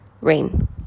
rain